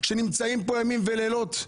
שנמצאים פה ימים ולילות.